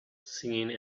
singing